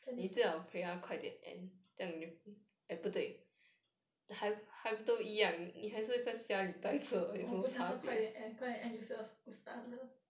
我不想它快点 end 快点 end 就是要 school start 了